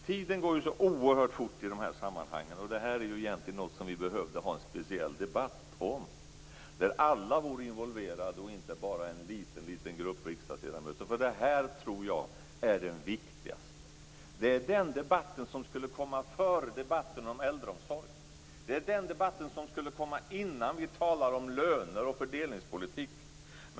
Tiden går så oerhört fort i de här sammanhangen, och det här är någonting som vi egentligen skulle behöva ha en speciell debatt om. Där borde alla vara involverade, och inte bara en liten grupp riksdagsledamöter. Jag tror nämligen att det här är det viktigaste. Det är den debatt som borde komma före debatten om äldreomsorg, som borde komma innan vi talar om löneoch fördelningspolitik.